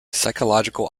psychological